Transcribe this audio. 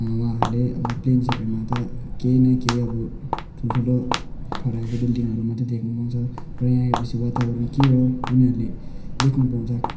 उहाँहरूले अब प्लेन्सहरूमा त केही न केही अब ठुलठुलो ठडाएको बिल्डिङहरू मात्रै देख्नुपाउँछ र यहाँ आए पछि वातावरण के हो उनीहरूले देख्नु पाउँछ